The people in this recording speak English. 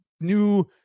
new